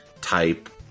type